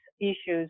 issues